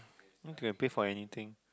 okay I can pay for anything